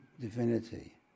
divinity